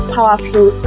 Powerful